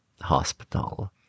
hospital